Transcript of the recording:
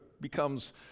becomes